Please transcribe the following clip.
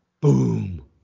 Boom